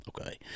okay